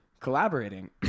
collaborating